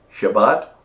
Shabbat